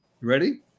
Ready